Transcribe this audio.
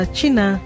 China